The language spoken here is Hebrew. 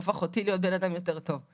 הוא הפך אותי להיות בן אדם יותר טוב.